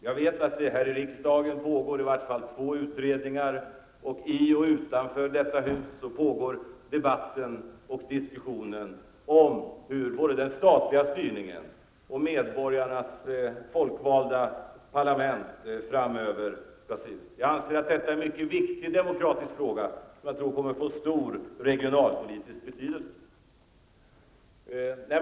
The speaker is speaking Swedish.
Jag vet att det här i riksdagen pågår i varje fall två utredningar, och i och utanför detta hus pågår dessutom en debatt om hur både den statliga styrningen och medborgarnas folkvalda parlament framöver skall se ut. Jag anser att det här är en mycket viktig demokratisk fråga, och jag tror att den kommer att få stor regionalpolitisk betydelse.